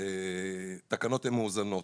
שהתקנות הן מאוזנות.